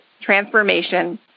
transformation